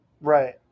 Right